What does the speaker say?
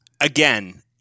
again